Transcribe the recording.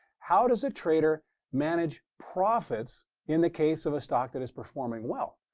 how does a trader manage profits in the case of a stock that is performing well?